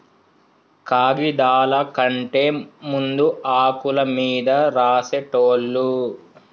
కాగిదాల కంటే ముందు ఆకుల మీద రాసేటోళ్ళు